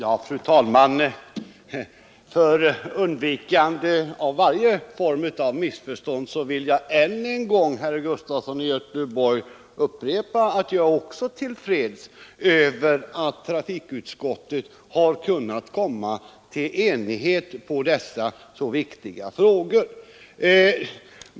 Fru talman! För undvikande av varje missförstånd vill jag än en gång upprepa, herr Sven Gustafson i Göteborg, att också jag är tillfreds med att trafikutskottet har kunnat nå enighet i dessa viktiga frågor.